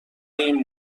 این